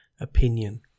opinion